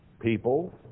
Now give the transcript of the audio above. people